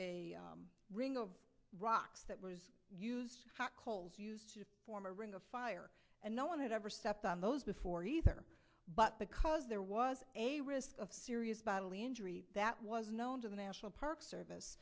a ring of rocks that was used hot coals used to form a ring of fire and no one had ever stepped on those before either but because there was a risk of serious bodily injury that was known to the national park service